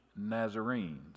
Nazarenes